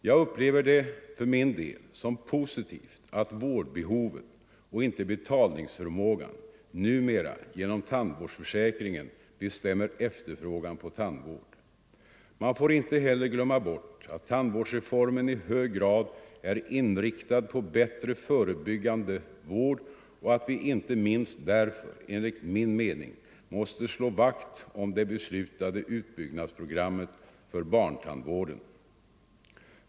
Jag upplever det för min del som positivt att vårdbehoven och inte betalningsförmågan numera genom tandvårdsförsäkringen bestämmer efterfrågan på tandvård. Man får inte heller glömma bort att tandvårdsreformen i hög grad är inriktad på bättre förebyggande vård och att vi inte minst därför enligt min mening måste slå vakt om det beslutade utbyggnadsprogrammet för barntandvården.